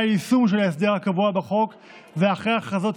היישום של ההסדר הקבוע בחוק ואחרי ההכרזות,